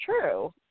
true